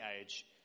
age